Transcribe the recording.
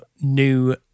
new